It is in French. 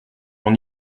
mon